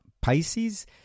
Pisces